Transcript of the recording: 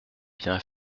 bien